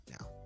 now